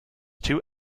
two